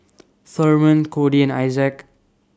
Thurman Codi and Issac